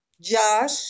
Josh